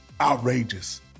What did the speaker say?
outrageous